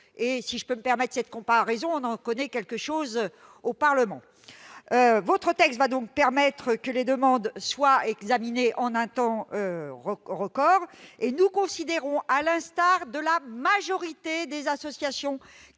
Si je puis me permettre cette comparaison, on en sait quelque chose au Parlement. Votre texte permettra que les demandes soient examinées en un temps record. Nous considérons, à l'instar de la majorité des associations